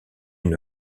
une